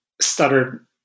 stuttered